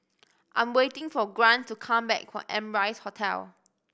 I'm waiting for Grant to come back from Amrise Hotel